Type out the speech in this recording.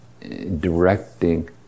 directing